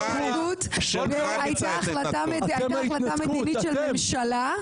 זו הייתה החלטה מדינית של הממשלה.